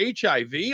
HIV